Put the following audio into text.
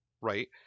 Right